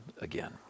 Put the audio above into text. again